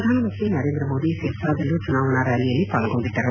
ಪ್ರಧಾನಮಂತ್ರಿ ನರೇಂದ್ರ ಮೋದಿ ಸಿರ್ಸಾದಲ್ಲೂ ಚುನಾವಣಾ ರ್ಜಾಲಿಯಲ್ಲಿ ಪಾಲ್ಗೊಂಡಿದ್ದರು